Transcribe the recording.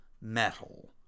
metal